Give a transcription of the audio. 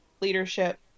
leadership